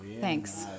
thanks